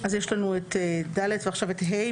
אז יש לנו את (ד) ועכשיו את (ה).